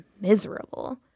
miserable